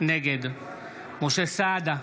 נגד משה סעדה,